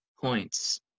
points